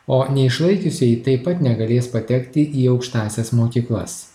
o neišlaikiusieji taip pat negalės patekti į aukštąsias mokyklas